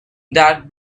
that